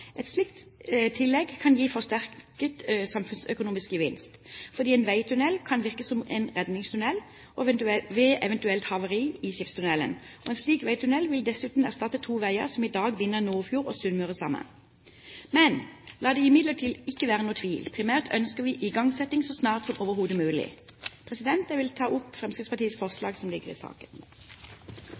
Et slikt tillegg kan gi forsterket samfunnsøkonomisk gevinst, fordi en veitunnel kan virke som en redningstunnel ved eventuelt havari i skipstunnelen. En slik veitunnel vil dessuten erstatte to veier som i dag binder sammen Nordfjord og Sunnmøre. La det imidlertid ikke være noen tvil: Primært ønsker vi igangsetting så snart som overhodet mulig. Jeg vil ta opp Fremskrittspartiet og Kristelig Folkepartis forslag som ligger i saken.